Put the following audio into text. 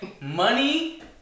Money